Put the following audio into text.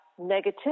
negativity